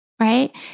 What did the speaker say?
right